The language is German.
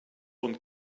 und